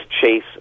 chase